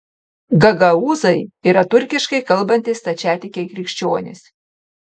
gagaūzai yra turkiškai kalbantys stačiatikiai krikščionys